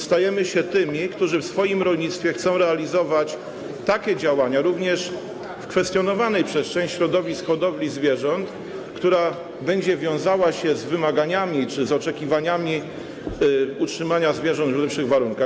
Stajemy się tymi, którzy w swoim rolnictwie chcą realizować takie działania, również w kwestionowanej przez część środowisk hodowli zwierząt, która będzie wiązała się z wymaganiami czy z oczekiwaniami co do utrzymania zwierząt w lepszych warunkach.